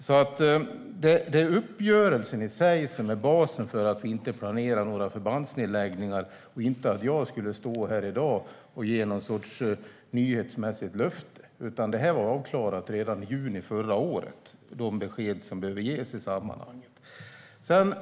Det är uppgörelsen i sig som är basen för att vi inte planerar några förbandsnedläggningar och inte att jag skulle stå här i dag och ge någon sorts nyhetsmässigt löfte. De besked som behöver ges i sammanhanget var avklarade redan i juni förra året.